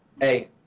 hey